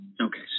Okay